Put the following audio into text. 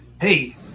hey